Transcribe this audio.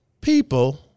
people